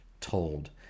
told